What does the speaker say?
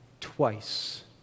twice